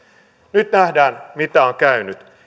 nyt nähdään mitä on käynyt